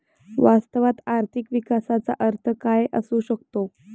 वास्तवात आर्थिक विकासाचा अर्थ काय असू शकतो?